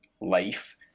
life